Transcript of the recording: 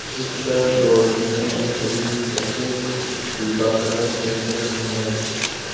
booster dose देने वाले सभी ससुल्क टीकाकरण केंद्र ढूँढें